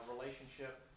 relationship